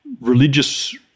religious